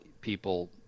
people